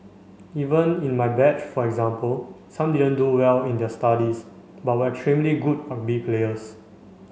even in my batch for example some didn't do well in their studies but were extremely good rugby players